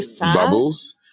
bubbles